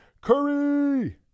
Curry